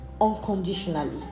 unconditionally